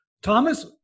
Thomas